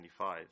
1995